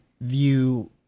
view